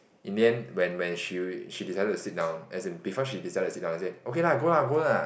in the end when when she she decided to sit down as in before she decided to sit down and say okay lah go lah go lah